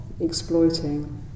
exploiting